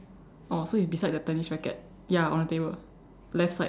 oh so it's beside the tennis racket ya on the table left side